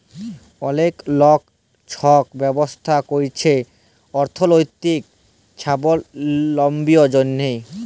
অলেক লক ছট ব্যবছা ক্যইরছে অথ্থলৈতিক ছাবলম্বীর জ্যনহে